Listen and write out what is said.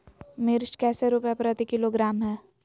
मिर्च कैसे रुपए प्रति किलोग्राम है?